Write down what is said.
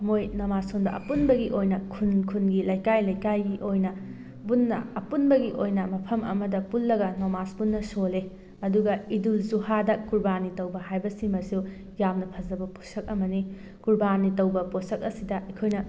ꯃꯣꯏ ꯅꯃꯥꯖ ꯁꯣꯟꯕ ꯑꯄꯨꯟꯕꯒꯤ ꯑꯣꯏꯅ ꯈꯨꯟ ꯈꯨꯟꯒꯤ ꯂꯩꯀꯥꯏ ꯂꯩꯀꯥꯏꯒꯤ ꯑꯣꯏꯅ ꯄꯨꯟꯅ ꯑꯄꯨꯟꯕꯒꯤ ꯑꯣꯏꯅ ꯃꯐꯝ ꯑꯃꯗ ꯄꯨꯜꯂꯒ ꯅꯃꯥꯖ ꯄꯨꯟꯅ ꯁꯣꯜꯂꯦ ꯑꯗꯨꯒ ꯏꯠꯗꯨꯜ ꯖꯨꯍꯥꯗ ꯀꯨꯔꯕꯥꯅꯤ ꯇꯧꯕ ꯍꯥꯏꯕꯁꯤꯃꯁꯨ ꯌꯥꯝꯅ ꯐꯖꯕ ꯄꯣꯠꯁꯛ ꯑꯃꯅꯤ ꯀꯨꯔꯕꯥꯅꯤ ꯇꯧꯕ ꯄꯣꯠꯁꯛ ꯑꯁꯤꯗ ꯑꯩꯈꯣꯏꯅ